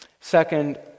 Second